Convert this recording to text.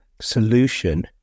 solution